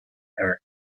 her